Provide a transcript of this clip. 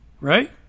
Right